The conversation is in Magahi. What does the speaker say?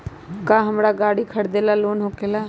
का हमरा गारी खरीदेला लोन होकेला?